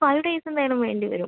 five days എന്തായാലും വേണ്ടി വരും